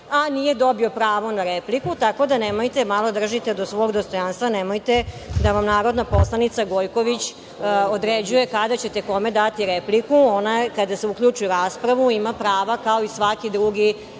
a nije dobio pravo na repliku. Tako da, nemojte, malo držite do svog dostojanstva, nemojte da vam narodna poslanica Gojković određuje kada ćete kome dati repliku. Ona, kada se uključi u raspravu ima prava kao si svaki drugi